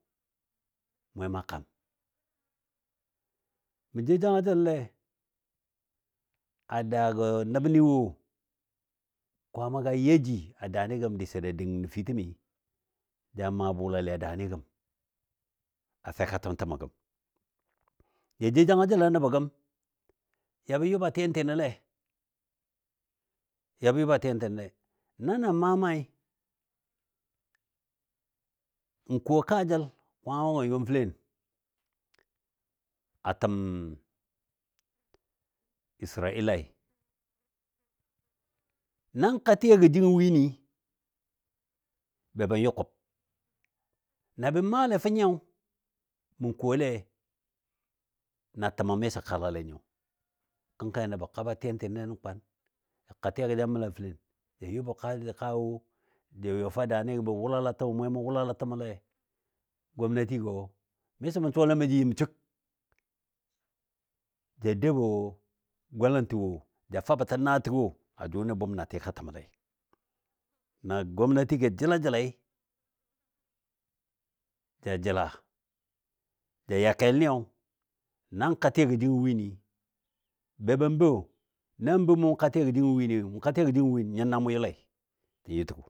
Mwɛmɔa kam, mə jou jangaləlɔ lɛ a daagɔ nəbni wo kwaammagɔ yaji a daani gəm diso da dəng nəfitəmɨ, ja maa bulalɨ a daani gəm a fɛkatəm təmɔ gəm, ja jou jangajəlɔ a nəbɔ gəm yabɔ yʊba tiyantɨnɔ lɛ, ya bɔ yʊba tiyantɨnɔ lɛ na na maa maai, n ko kaajəl kwama mə yɔm fələn a təm Israilai, na ka tiyagɔ jingɔ wini be ban yʊ kub, na bə maale fou nyiyo mə kole na təmɔ miso kalalɛ nyo. Kənkkənɨ nəbɔ kaba tiyagɔlɛ nən kwan, ja ka tiyagɔ ja məlam fəlen ja yʊbɔ ko ja yɔ fɔu a daani gə bə wʊlala təmo mwɛmɔ wʊlala təmɔlɛ gwamnatigɔ misɔ mə suwalɛ mə jə yɨm shig ja dou bɔ golantin wo, ja fabɔtə na təgo a jʊni bʊm na tika təmɔle. Na gwamnatigɔ jəlajəlai, ja jəla ja ya kɛlniyo, nan ka tiyagɔ jingɔ wini, be ban bə, nan bə mu mʊ ka tiyagɔ win, gə mʊ ka tiyagɔ jingo win nyin na mʊ yʊle tən yʊ təgɔ.